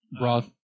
broth